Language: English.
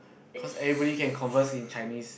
cause everybody can converse in Chinese